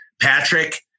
Patrick